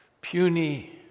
puny